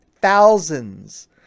Thousands